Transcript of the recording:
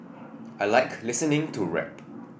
I like listening to rap